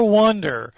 wonder